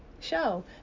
show